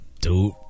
dude